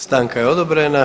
Stanka je odobrena.